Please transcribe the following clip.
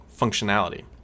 functionality